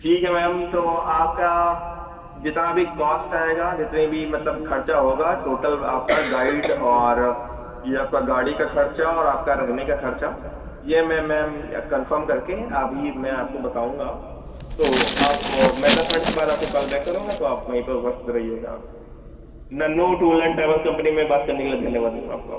ठीक है मैम तो आपका जितना भी कॉस्ट आएगा जितने भी मतलब खर्चा होगा टोटल आपका गाइड और ये आपका गाड़ी का खर्चा और आपका रहने का खर्चा ये मैं मैम कन्फ़र्म करके अभी मैं आपको बताऊँगा तो आप मैं दस मिनट के बाद आपको काॅल बैक करूँगा तो आप वहीं पर बस रहिएगा Nanhu tour and travels company में बात करने के लिए धन्यवाद मैम आपका